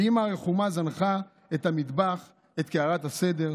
ואימא הרחומה זנחה את המטבח ואת קערת הסדר,